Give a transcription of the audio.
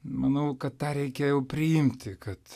manau kad tą reikia jau priimti kad